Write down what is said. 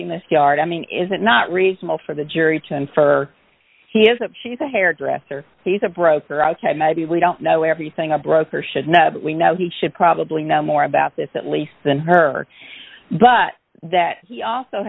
you miss yard i mean is it not reasonable for the jury to infer he isn't she's a hairdresser he's a broker ok maybe we don't know everything a broker should know we know he should probably know more about this at least than her but that he also